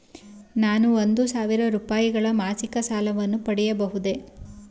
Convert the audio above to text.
ನಾನು ಒಂದು ಸಾವಿರ ರೂಪಾಯಿಗಳ ಮಾಸಿಕ ಸಾಲವನ್ನು ಪಡೆಯಬಹುದೇ?